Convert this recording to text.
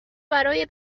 برای